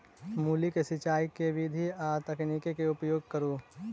मूली केँ सिचाई केँ के विधि आ तकनीक केँ उपयोग करू?